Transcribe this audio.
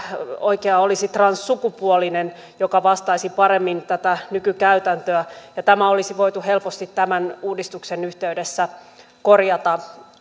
oikea olisi transsukupuolinen joka vastaisi paremmin tätä nykykäytäntöä ja tämä olisi voitu helposti tämän uudistuksen yhteydessä korjata